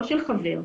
לא בשמו של חבר.